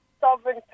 sovereign